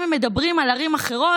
גם אם מדברים על ערים אחרות,